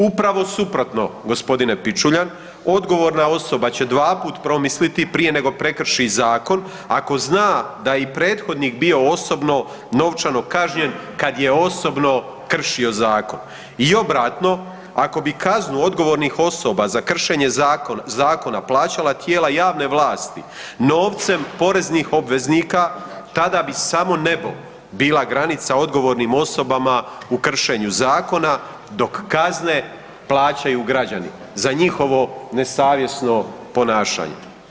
Upravo suprotno, g. Pičuljan, odgovorna osoba će dvaput promisliti prije nego prekrši zakon ako zna da je i prethodnik bio osobno novčano kažnjen kad je osobno kršio zakon i obratno, ako bi kaznu odgovornih osoba za kršenje zakona plaćala tijela javne vlasti novcem poreznih obveznika, tada bi samo nebo bila granica odgovornim osobama u kršenju zakona dok kazne plaćaju građani za njihovo nesavjesno ponašanje.